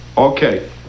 Okay